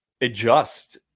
adjust